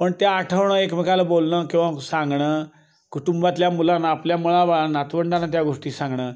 पण ते आठवणं एकमेकाला बोलणं किंवा सांगणं कुटुंबातल्या मुलांना आपल्या मुला बाळां नातवंडांनां त्या गोष्टी सांगणं